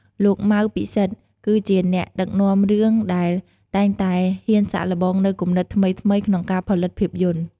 លោក ម៉ៅ ពិសិដ្ឋ គឺជាអ្នកដឹកនាំរឿងដែលតែងតែហ៊ានសាកល្បងនូវគំនិតថ្មីៗក្នុងការផលិតភាពយន្ត។